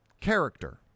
Character